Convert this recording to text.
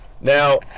Now